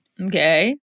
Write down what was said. Okay